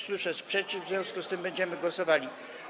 Słyszę sprzeciw, w związku z tym będziemy głosowali.